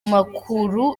makuru